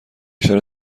چاره